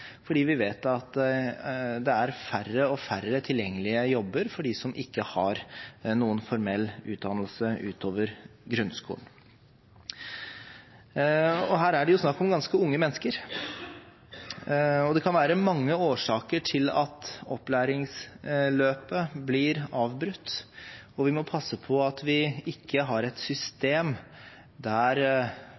fordi vi vet at det er færre og færre tilgjengelige jobber for dem som ikke har noen formell utdannelse utover grunnskolen. Her er det snakk om ganske unge mennesker. Det kan være mange årsaker til at opplæringsløpet blir avbrutt. Vi må passe på at vi ikke har et system der